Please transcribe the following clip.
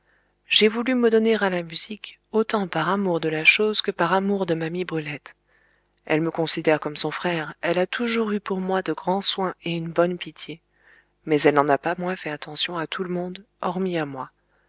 j'ai voulu me donner à la musique autant par amour de la chose que par amour de ma mie brulette elle me considère comme son frère elle a toujours eu pour moi de grands soins et une bonne pitié mais elle n'en a pas moins fait attention à tout le monde hormis à moi